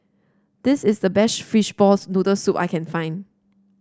this is the best Fishball Noodle Soup that I can find